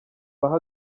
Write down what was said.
baha